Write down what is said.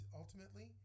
ultimately